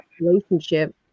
relationship